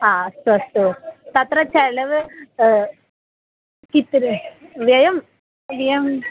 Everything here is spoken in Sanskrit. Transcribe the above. हा अस्तु अस्तु तत्र चलव कित् व्ययम् व्ययम्